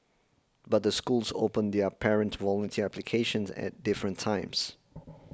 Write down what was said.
but the schools open their parent volunteer applications at different times